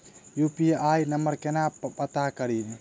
UPI number केना पत्ता कड़ी?